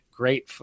great